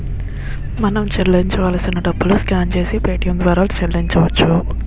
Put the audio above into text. మనం చెల్లించాల్సిన డబ్బులు స్కాన్ చేసి పేటియం ద్వారా చెల్లించవచ్చు